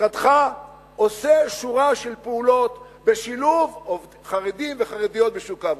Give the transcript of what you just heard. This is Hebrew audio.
שמשרדך עושה שורה של פעולות לשילוב חרדים וחרדיות בשוק העבודה.